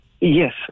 Yes